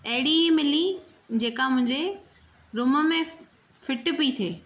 एड़ी मिली जेका मुंहिंजे रूम में फिट बि थिए